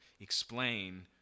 explain